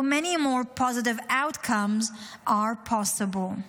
So many more positive outcomes are possible.